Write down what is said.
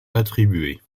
attribuée